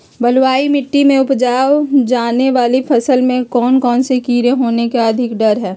बलुई मिट्टी में उपजाय जाने वाली फसल में कौन कौन से कीड़े होने के अधिक डर हैं?